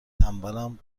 تنبلم